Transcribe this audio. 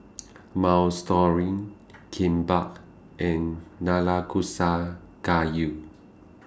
Minestrone Kimbap and Nanakusa Gayu